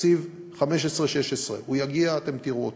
תקציב 2015 2016. הוא יגיע, אתם תראו אותו.